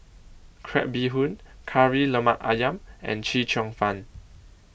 Crab Bee Hoon Kari Lemak Ayam and Chee Cheong Fun